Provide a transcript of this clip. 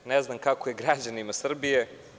Ne znam kako je građanima Srbije.